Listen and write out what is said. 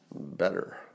better